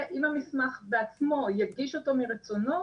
עם המסמך בעצמו יגיש אותו מרצונו,